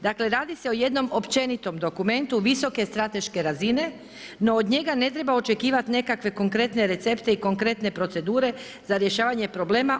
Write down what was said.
Dakle radi se o jednom općenitom dokumentu, visoke strateške razine, no od njega ne treba očekivati nekakve konkretne recepte i konkretne procedure za rješavati problema.